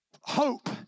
hope